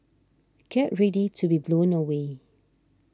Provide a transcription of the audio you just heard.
get ready to be blown away